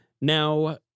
Now